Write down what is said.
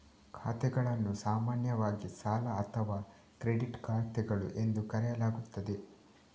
ಖಾತೆಗಳನ್ನು ಸಾಮಾನ್ಯವಾಗಿ ಸಾಲ ಅಥವಾ ಕ್ರೆಡಿಟ್ ಖಾತೆಗಳು ಎಂದು ಕರೆಯಲಾಗುತ್ತದೆ